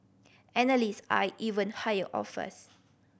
analyst eyed even higher offers